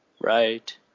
Right